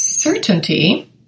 Certainty